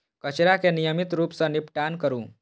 कचरा के नियमित रूप सं निपटान करू